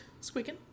squeaking